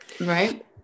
Right